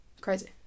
Crazy